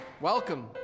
Welcome